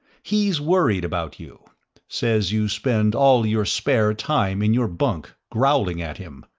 he's worried about you says you spend all your spare time in your bunk growling at him.